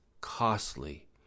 costly